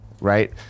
right